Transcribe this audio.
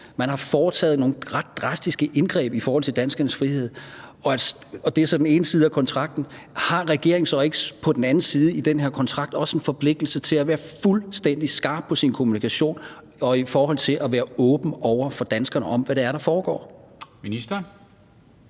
Man har foretaget nogle ret drastiske indgreb i forhold til danskernes frihed – og det er så den ene side af kontrakten. Har regeringen så ikke på den anden side i den her kontrakt også en forpligtelse til at være fuldstændig skarp på sin kommunikation og være åben over for danskerne om, hvad det er, der foregår? Kl.